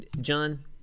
John